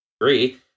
agree